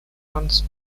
once